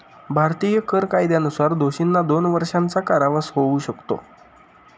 भारतीय कर कायद्यानुसार दोषींना दोन वर्षांचा कारावास होऊ शकतो